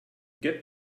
get